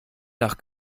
nach